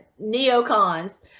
neocons